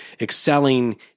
excelling